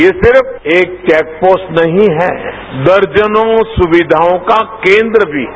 ये सिर्फ एक चेक पोस्ट नहीं है दर्जनों सुविधाओं का केन्द्र भी है